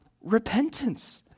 repentance